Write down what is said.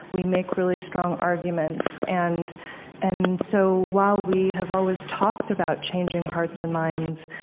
we make really strong arguments. and and so, while we have always talked about changing hearts and minds,